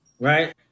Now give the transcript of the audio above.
right